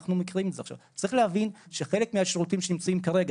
צריך להבין שחלק מהשירותים שנמצאים כרגע